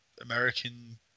American